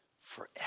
forever